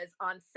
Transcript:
on